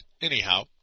anyhow